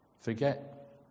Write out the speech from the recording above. Forget